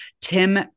Tim